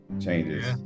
changes